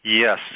Yes